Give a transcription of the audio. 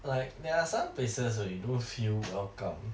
like there are some places where you do feel welcome